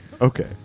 Okay